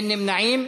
אין נמנעים.